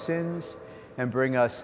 sins and bring us